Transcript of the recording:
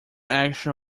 action